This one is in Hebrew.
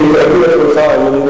אם תגביר את קולך, יהיה לי נוח.